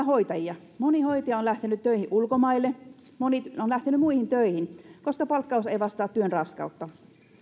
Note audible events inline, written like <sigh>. <unintelligible> hoitajia moni hoitaja on lähtenyt töihin ulkomaille moni on lähtenyt muihin töihin koska palkkaus ei vastaa työn raskautta